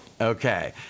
Okay